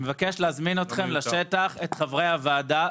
אני מבקש להזמין אתכם לשטח, את חברי הוועדה.